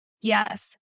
Yes